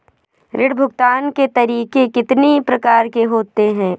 ऋण भुगतान के तरीके कितनी प्रकार के होते हैं?